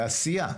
זו עשייה,